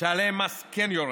ועליהם המס כן יורד,